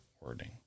wording